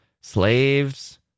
slaves